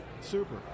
super